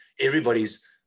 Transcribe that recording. everybody's